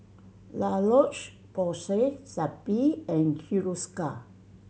La Roche Porsay Zappy and Hiruscar